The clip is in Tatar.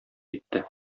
китте